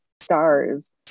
stars